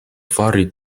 fari